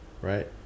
Right